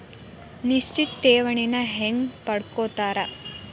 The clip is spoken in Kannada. ನಿಶ್ಚಿತ್ ಠೇವಣಿನ ಹೆಂಗ ಪಡ್ಕೋತಾರ